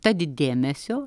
tad dėmesio